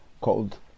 called